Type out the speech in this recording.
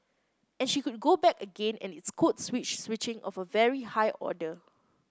and she could go back again and it's code switch switching of a very high order